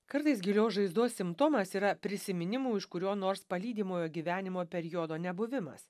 kartais gilios žaizdos simptomas yra prisiminimų iš kurio nors palydimojo gyvenimo periodo nebuvimas